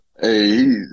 Hey